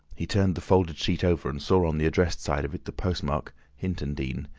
he turned the folded sheet over and saw on the addressed side of it the postmark hintondean,